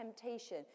temptation